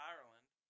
Ireland